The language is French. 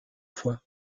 fois